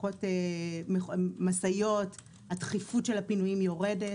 פחות משאיות, התכיפות יורדת.